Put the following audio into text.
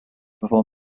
perform